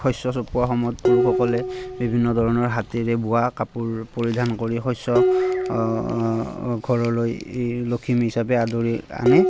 শস্য় চপোৱা সময়ত পুৰুষসকলে বিভিন্ন ধৰণৰ হাতেৰে বোৱা কাপোৰ পৰিধান কৰি শস্য় ঘৰলৈ লখিমী হিচাপে আদৰি আনে